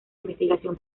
investigación